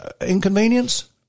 inconvenience